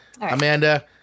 Amanda